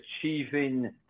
achieving